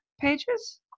pages